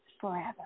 forever